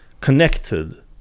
connected